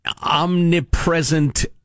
Omnipresent